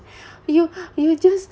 you you just